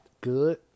good